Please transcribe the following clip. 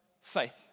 faith